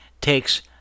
takes